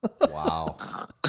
Wow